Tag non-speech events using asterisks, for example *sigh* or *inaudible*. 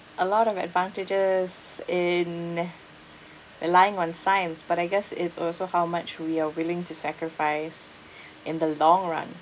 a lot of advantages in relying on science but I guess it's also how much we are willing to sacrifice *breath* in the long run